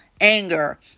anger